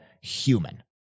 human